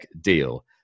Deal